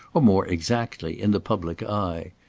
or, more exactly, in the public eye.